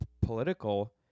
political